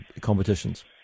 competitions